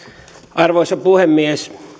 arvoisa puhemies